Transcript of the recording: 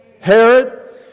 Herod